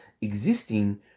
existing